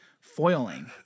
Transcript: foiling